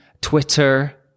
twitter